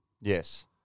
Yes